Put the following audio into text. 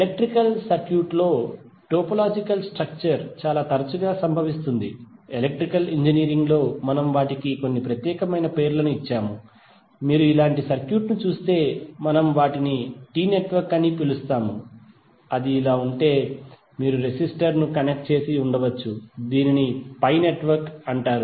electrical circuit లో topological structure చాలా తరచుగా సంభవిస్తుంది ఎలక్ట్రికల్ ఇంజనీరింగ్ లో మనము వాటికి కొన్ని ప్రత్యేక పేర్లను ఇచ్చాము మీరు ఇలాంటి సర్క్యూట్ను చూస్తే మేము వాటిని టి నెట్వర్క్ అని పిలుస్తాము ఇది ఇలా ఉంటే మీరు రెసిస్టర్ ను కనెక్ట్ చేసి ఉండవచ్చు దీనిని పై నెట్వర్క్ అంటారు